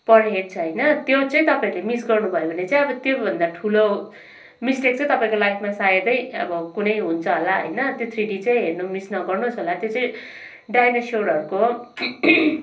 पर head छ होइन त्यो चाहिँ तपाईँहरूले मिस गर्नुभयो भने चाहिँ अब त्योभन्दा ठुलो मिस्टेक चाहिँ तपाईँको लाइफमा सायदै कुनै हुन्छ होला होइन थ्री डी चाहिँ हेर्नु मिस नगर्नुहोस् होला त्यो चाहिँ डाइनासोरहरूको